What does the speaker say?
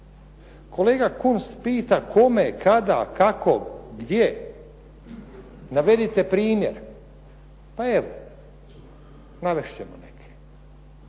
Kolega Kunst pita kome, kada, kako, gdje navedite primjer. Pa evo navest ćemo neke.